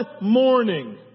Morning